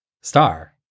Star